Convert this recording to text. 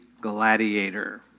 Gladiator